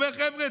אומר: חבר'ה,